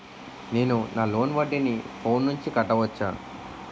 నేను నా లోన్ వడ్డీని ఫోన్ నుంచి కట్టవచ్చా?